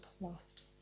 lost